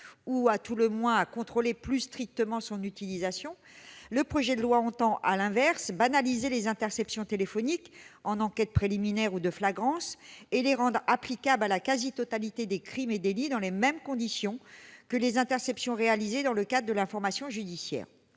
ou, à tout le moins, à contrôler plus strictement son utilisation, le projet de loi entend à l'inverse banaliser les interceptions téléphoniques en enquête préliminaire ou de flagrance et les rendre applicables à la quasi-totalité des crimes et délits dans les mêmes conditions que les interceptions réalisées dans le cadre de l'information judiciaire.